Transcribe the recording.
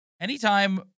Anytime